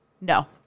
No